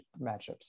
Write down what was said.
matchups